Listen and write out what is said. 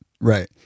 right